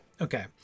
Okay